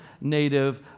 native